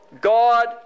God